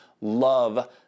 love